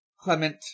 Clement